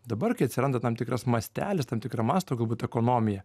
dabar kai atsiranda tam tikras mastelis tam tikra masto galbūt ekonomija